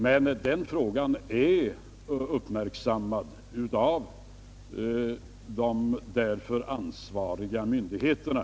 Men den är redan uppmärksammad av de ansvariga myndigheterna.